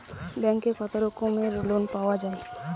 ব্যাঙ্কে কত রকমের লোন পাওয়া য়ায়?